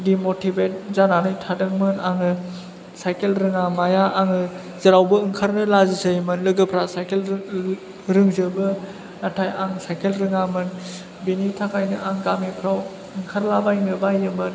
demotivate जानानै थादोंमोन आङो साइकेल रोङा माया आङो जेरावबो ओंखारनो लाजिसैमोन लोगोफ्रा साइकेल रोंजोबो नाथाय आं साइकेल रोङामोन बेनि थाखायनो आं गामिफ्राव ओंखारला बायनो बायोमोन